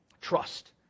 Trust